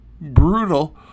brutal